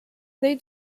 they